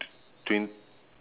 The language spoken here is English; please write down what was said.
twen~